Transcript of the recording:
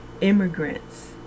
immigrants